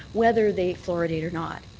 whether they fluoridate or not.